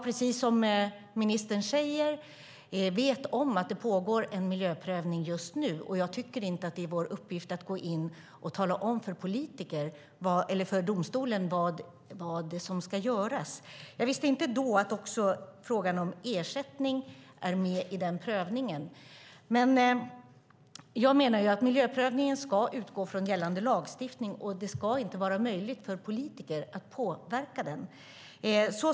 Precis som ministern säger vet jag att det just nu pågår en miljöprövning, och jag tycker inte att det är vår uppgift att tala om för domstolen vad som ska göras. Jag visste inte då att också frågan om ersättning är med i den prövningen. Jag menar att miljöprövningen ska utgå från gällande lagstiftning. Det ska inte vara möjligt för politiker att påverka den.